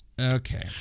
okay